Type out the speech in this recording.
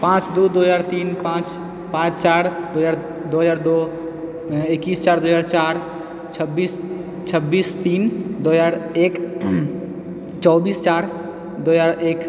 पाँच दू दू हजार तीन पाँच पाँच चार दू हजार दो हजार दो एक्कैस चार दो हजार चारि छब्बीस छब्बीस तीन दो हजार एक चौबीस चारि दो हजार एक